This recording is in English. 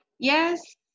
yes